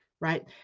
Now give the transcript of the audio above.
right